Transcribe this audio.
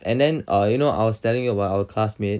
and then err you know I was telling you about our classmate